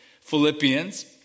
Philippians